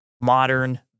modern